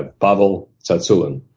ah pavel tsatsouline.